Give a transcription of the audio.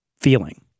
feeling